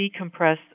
decompress